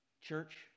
church